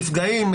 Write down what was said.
מפגעים,